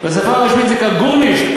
בשפה הרשמית זה גורנישט.